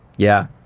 yeah.